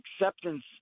acceptance